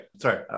sorry